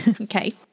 Okay